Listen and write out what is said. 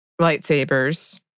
lightsabers